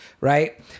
right